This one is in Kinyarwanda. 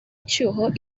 icyuho